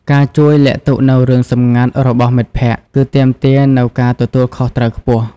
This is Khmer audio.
ការជួយលាក់ទុកនូវរឿងសម្ងាត់របស់មិត្តភក្តិ គឺទាមទារនូវការទទួលខុសត្រូវខ្ពស់។